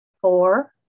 Four